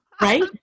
right